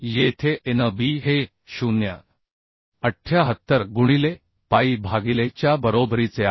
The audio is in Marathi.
येथे A n b हे 0 च्या बरोबरीचे आहे